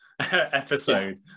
episode